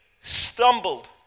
stumbled